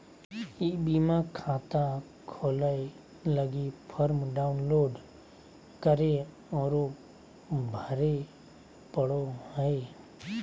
ई बीमा खाता खोलय लगी फॉर्म डाउनलोड करे औरो भरे पड़ो हइ